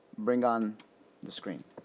bring on the screen